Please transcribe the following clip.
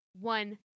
one